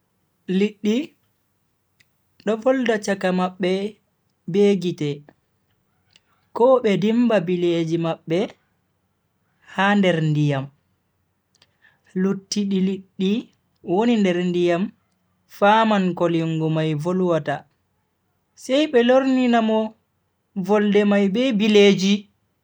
Liddi do volda chaka mabbe be gite, ko be dimba bileji mabbe ha nder ndiyam, luttidi liddi woni nder ndiyam faman ko lingu mai volwata sai be lornina mo volde mai be bileji.